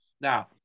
Now